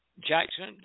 Jackson